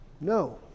No